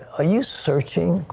are you searching?